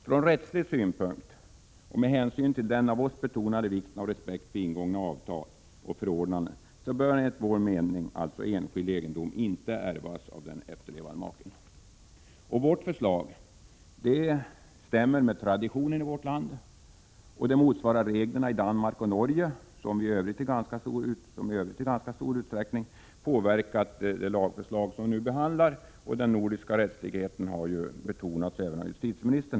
Från rättslig synpunkt och med hänsyn till den av oss betonade vikten av respekt för ingångna avtal och förordnanden bör enligt vår mening enskild egendom inte ärvas av den efterlevande maken. Vårt förslag överensstämmer med traditionen i vårt land, och det motsvarar reglerna i Danmark och Norge, som i övrigt i ganska stor utsträckning påverkat det lagförslag vi nu behandlar. Samstämmigheten mellan de nordiska rättsreglerna har betonats även av justitieministern.